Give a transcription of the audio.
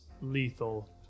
lethal